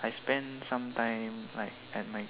I spend some time like at my